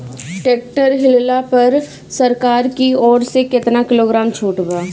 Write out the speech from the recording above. Tractor लिहला पर सरकार की ओर से केतना किलोग्राम छूट बा?